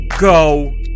go